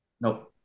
Nope